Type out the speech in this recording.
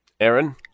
Aaron